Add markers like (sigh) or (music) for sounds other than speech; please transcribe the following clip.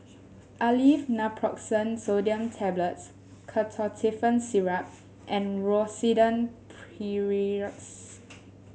Aleve Naproxen Sodium Tablets Ketotifen Syrup and Rosiden (unintelligible)